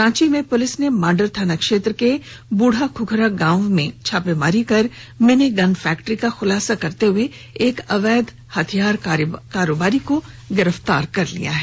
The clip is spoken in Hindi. रांची पुलिस ने मांडर थाना क्षेत्र के बूढ़ा खुखरा गांव में छापेमारी कर मिनी गन फैक्ट्री का खुलासा करते हुए एक अवैध हथियार कारोबारी को गिरफ्तार किया है